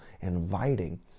inviting